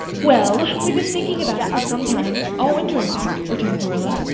well, we've been thinking about it for some time all winter in fact, returned marilla.